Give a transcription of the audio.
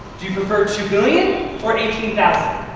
do you prefer two million or eighteen thousand?